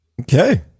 okay